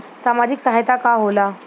सामाजिक सहायता का होला?